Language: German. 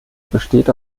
besteht